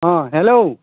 অঁ হেল্ল'